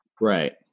right